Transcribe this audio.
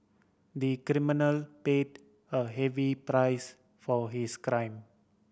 the criminal paid a heavy price for his crime